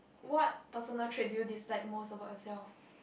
what personal trait do you dislike most about yourself